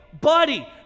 buddy